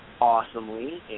awesomely